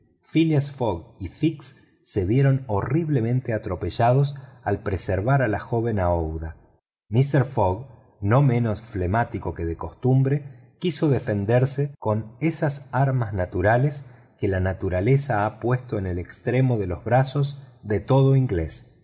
fogg y fix se vieron horriblemente atropellados al preservar a la joven aouida mister fogg no menos flemático que de costumbre quiso defender con esas armas naturales que la naturaleza ha puesto en el extremo de los brazos de todo inglés